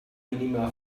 minima